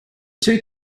two